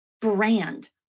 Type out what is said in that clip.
brand